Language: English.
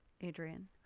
Adrian